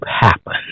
happen